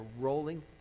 rolling